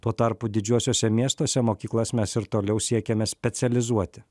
tuo tarpu didžiuosiuose miestuose mokyklas mes ir toliau siekiame specializuoti